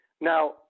Now